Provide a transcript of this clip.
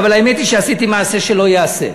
אבל האמת היא שעשיתי מעשה שלא ייעשה,